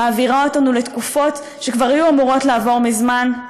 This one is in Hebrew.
מעבירה אותנו לתקופות שכבר היו אמורות לעבור מזמן?